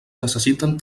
necessiten